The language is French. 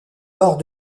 lors